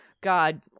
God